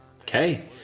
okay